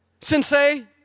Sensei